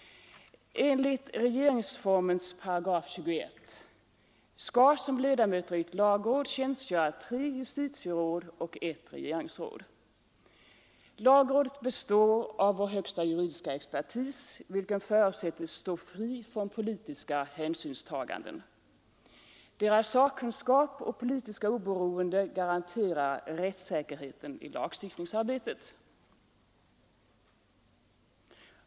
Enligt RF 218 skall såsom ledamöter i ett lagråd tjänstgöra tre justitieråd och ett regeringsråd. Lagrådet består av vår högsta juridiska expertis, vilken förutsätts stå fri från politiska hänsynstaganden. Dess sakkunskap och politiska oberoende garanterar rättssäkerheten i lagstiftningsarbetet.